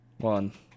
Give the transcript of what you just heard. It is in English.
One